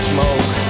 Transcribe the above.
Smoke